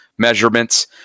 measurements